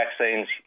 vaccines